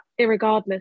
irregardless